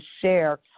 share